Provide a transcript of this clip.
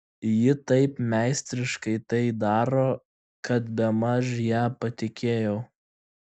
ji taip meistriškai tai daro kad bemaž ja patikėjau